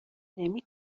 نمی